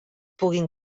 puguen